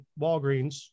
walgreens